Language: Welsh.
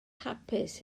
hapus